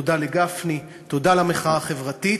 תודה לגפני, תודה למחאה החברתית,